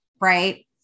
Right